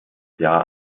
jahr